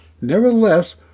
Nevertheless